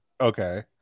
okay